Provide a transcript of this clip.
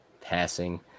passing